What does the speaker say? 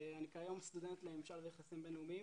אני כיום סטודנט לממשל ויחסים בין-לאומיים.